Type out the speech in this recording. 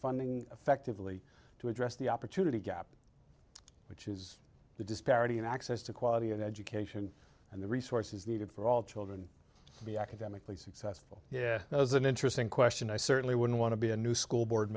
funding effectively to address the opportunity gap which is the disparity in access to quality and education and the resources needed for all children to be academically successful yeah that was an interesting question i certainly wouldn't want to be a new school board